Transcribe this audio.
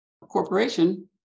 corporation